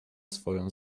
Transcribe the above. swą